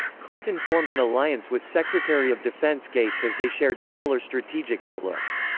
clinton formed an alliance with secretary of defense gates as they shared similar strategic outlooks.